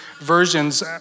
versions